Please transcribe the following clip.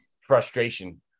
frustration